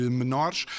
menores